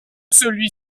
celui